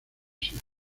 iglesia